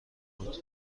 بود